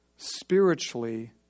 spiritually